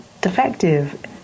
defective